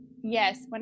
yes